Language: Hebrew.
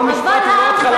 כל משפט הוא לא התחלה של תזה.